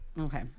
Okay